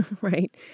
right